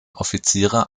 offiziere